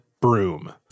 broom